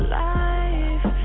life